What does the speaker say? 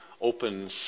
open